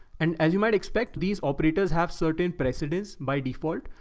and as you might expect, these operators have certain precendence by default,